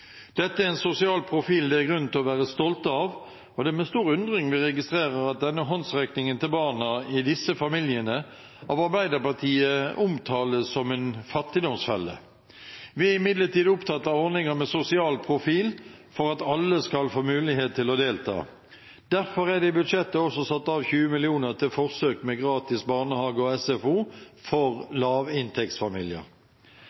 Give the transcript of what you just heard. Dette er en sosial profil det er grunn til å være stolt av, og det er med stor undring vi registrerer at denne håndsrekningen til barna i disse familiene av Arbeiderpartiet omtales som en fattigdomsfelle. Vi er imidlertid opptatt av ordninger med sosial profil for at alle skal få mulighet til å delta. Derfor er det i budsjettet også satt av 20 mill. kr til forsøk med gratis barnehage og SFO